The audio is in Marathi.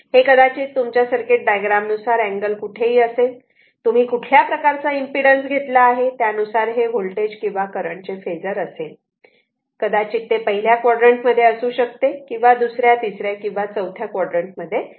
हे कदाचित तुमच्या सर्किट डायग्राम नुसार अँगल कुठेही असू शकतो तुम्ही कुठल्या प्रकारचा इम्पीडन्स घेतला आहे त्यानुसार हे वोल्टेज किंवा करंटचे फेजर असेल ते कदाचित पहिल्या क्वाड्रण्ट मध्ये असू शकते किंवा दुसऱ्या तिसऱ्या किंवा चौथ्या क्वाड्रण्ट मध्ये असू शकते